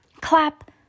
Clap